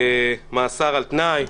מאסר על תנאי,